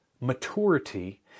maturity